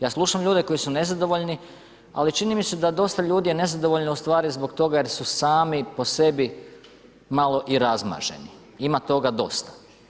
Ja slušam ljudi koji su nezadovoljni, ali čini mi se da dosta ljudi je nezadovoljno ustvari zbog toga jer su sami po sebi malo i razmaženi, ima toga dosta.